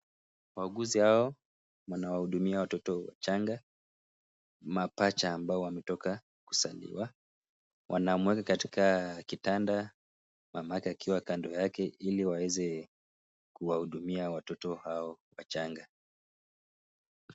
Wauguzi hao wanawahudumia watoto changa, mapacha ambao wametoka kuzaliwa. Wanamweka katika kitanda mama yake akiwa kando yake ili waweze kuhudumia watoto hao wachanga.